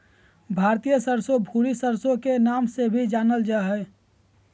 भारतीय सरसो, भूरी सरसो के नाम से भी जानल जा हय